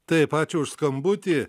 taip ačiū už skambutį